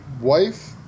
wife